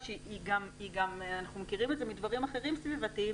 אנחנו מכירים את זה מדברים אחרים סביבתיים.